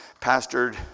pastored